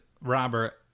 Robert